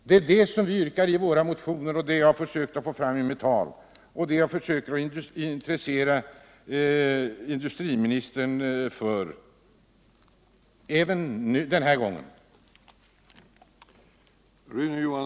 Det är detta våra motionsyrkanden gäller. Och det är det jag har försökt få fram i våra anföranden och försökt intressera industriministern för även den här gången.